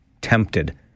tempted